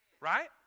right